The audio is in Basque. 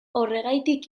horregatik